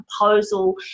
proposal